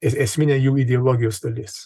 ir esminė jų ideologijos dalis